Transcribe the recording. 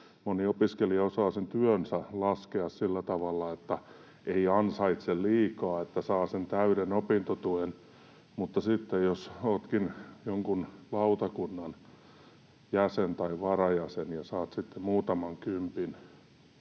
moni opiskelija osaa sen työnsä laskea sillä tavalla, että ei ansaitse liikaa, että saa sen täyden opintotuen, mutta sitten, jos oletkin jonkun lautakunnan jäsen tai varajäsen ja saat sitten muutaman kympin